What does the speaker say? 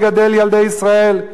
לגדל ילדי ישראל,